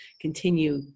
continue